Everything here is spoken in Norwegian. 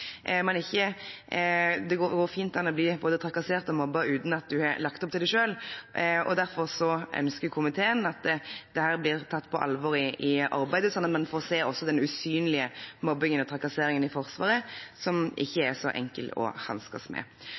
Det går fint an å bli både trakassert og mobbet uten at man har lagt opp til det selv. Derfor ønsker komiteen at dette blir tatt på alvor i arbeidet, sånn at man også får se den usynlige mobbingen og trakasseringen i Forsvaret, som det ikke er så